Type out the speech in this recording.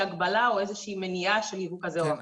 הגבלה או איזה שהיא מניעה של ייבוא כזה או אחר.